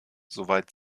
soweit